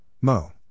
Mo